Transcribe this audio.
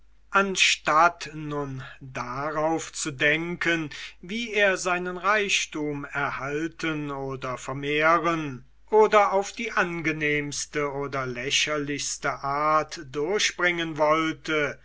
anstatt nun darauf zu denken wie er seinen reichtum erhalten oder vermehren oder auf die angenehmste oder lächerlichste art durchbringen wollte